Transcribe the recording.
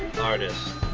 Artist